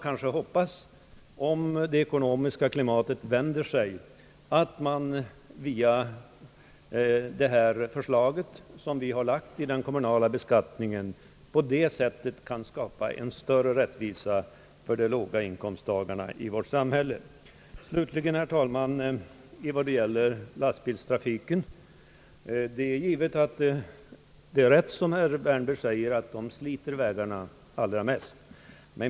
Man får hoppas — om det ekonomiska klimatet vänder sig — att det förslag som vi har lagt fram i fråga om den kommunala beskattningen befinnes kunna skapa en större rättvisa för de låga inkomsttagarna i vårt samhälle. När det gäller lastbilstrafiken är det givetvis riktigt som herr Wärnberg säger, att den sliter vägarna allra mest.